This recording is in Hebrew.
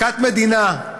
מכת מדינה: